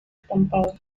estampado